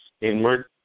inward